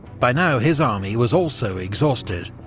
by now his army was also exhausted,